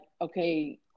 okay